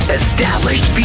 established